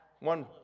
One